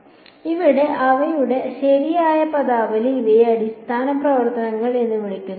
അതിനാൽ ഇവയാണ് അവയുടെ ശരിയായ പദാവലി ഇവയെ അടിസ്ഥാന പ്രവർത്തനങ്ങൾ എന്ന് വിളിക്കുന്നു